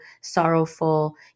sorrowful